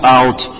out